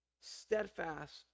steadfast